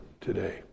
today